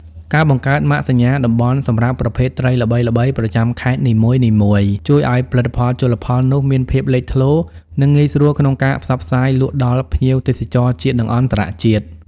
ការបង្កើតម៉ាកសញ្ញាតំបន់សម្រាប់ប្រភេទត្រីល្បីៗប្រចាំខេត្តនីមួយៗ ជួយឱ្យផលិតផលជលផលនោះមានភាពលេចធ្លោ និងងាយស្រួលក្នុងការផ្សព្វផ្សាយលក់ដល់ភ្ញៀវទេសចរជាតិ និងអន្តរជាតិ។